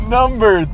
number